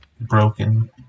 broken